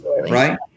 Right